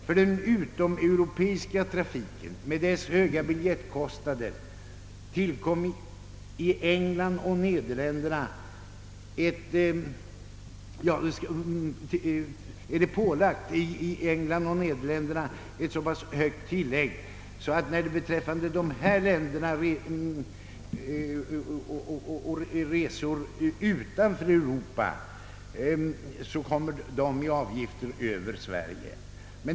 För den utomeuropeiska trafiken med dess höga biljettkostnader utgår emellertid i England och Nederländerna ett så högt tillägg att dessa länder just på den punkten har högre avgifter än Sverige.